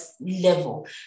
level